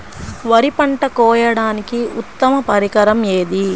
వరి పంట కోయడానికి ఉత్తమ పరికరం ఏది?